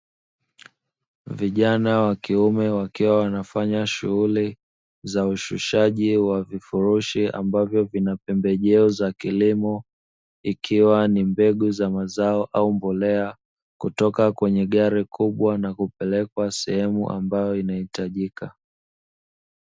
Vijana wa kiume wakiwa wanafanya shughuli za ushushaji wa vifurushi ambavyo vina pembejeo za kilimo, ikiwa ni mbegu za mazao au mbolea kutoka kwenye gari kubwa na kupelekwa sehemu ambayo inahitajika.